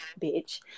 bitch